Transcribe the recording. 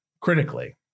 critically